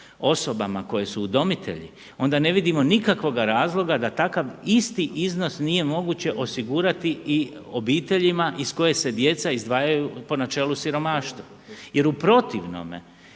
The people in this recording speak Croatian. osobama koji su udomitelji onda ne vidimo nikakvoga razloga da takav isti iznos nije moguće osigurati i obiteljima iz koje se djece izdvajaju po načelu siromaštva. Jer u protivnome